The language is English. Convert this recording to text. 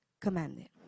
commanded